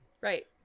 Right